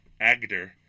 Agder